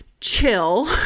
chill